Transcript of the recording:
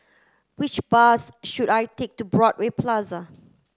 which bus should I take to Broadway Plaza